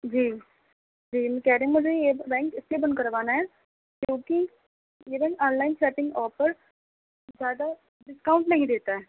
جی جی میں کہہ رہی ہوں مجھے یہ بینک اس لیے بند کروانا ہے کیوںکہ یہ bank online shopping offers زیادہ ڈسکاؤنٹ نہیں دیتا ہے